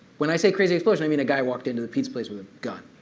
when i say crazy explosion, i mean a guy walked into the pizza place with a gun.